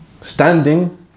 standing